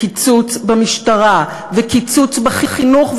קיצוץ במשטרה וקיצוץ בחינוך,